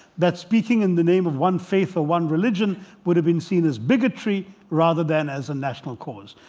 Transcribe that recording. that speaking in the name of one faith or one religion would have been seen as bigotry rather than as a national cause.